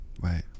right